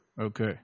Okay